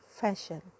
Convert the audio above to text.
fashion